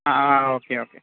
ആ ആ okay okay